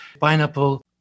pineapple